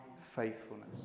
faithfulness